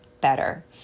better